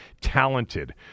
talented